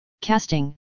casting